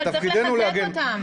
אבל צריך לחזק אותם.